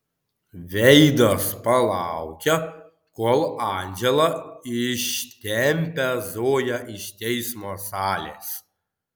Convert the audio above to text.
veidas palaukia kol andžela ištempia zoją iš teismo salės